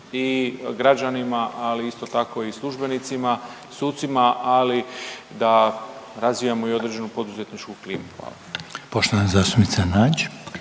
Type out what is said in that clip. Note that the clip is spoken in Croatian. i građanima, ali isto tako i službenicima i sucima, ali da razvijamo i određenu poduzetničku klimu, hvala. **Reiner,